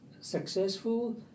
successful